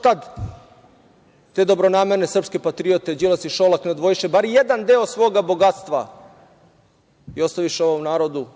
tada te dobronamerne srpske patriote Đilas i Šolak ne odvojiše bar jedan deo svoga bogatstva i ostaviše ovom narodu?